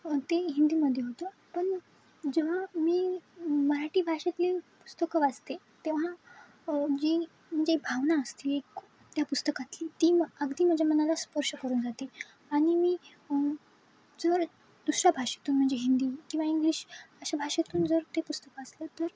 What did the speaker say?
ते हिंदीमध्ये होतं पण जेव्हा मी मराठी भाषेतली पुस्तकं वाचते तेव्हा जी जी भावना असते त्या पुस्तकातली ती मग अगदी माझ्या मनाला स्पर्श करून जाते आणि मी जर दुसऱ्या भाषेतून म्हणजे हिंदी किंवा इंग्लिश अशा भाषेतून जर ते पुस्तकं वाचलं तर